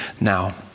now